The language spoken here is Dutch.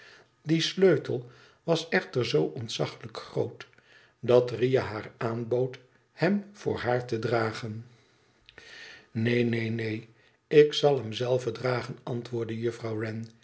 die sleutel was echter zoo ontzaglijk groot dat riah haar aanbood hem voor haar te dragen neen neen neen ik zal hem zelve dragen antwoordde juffrouw